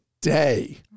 day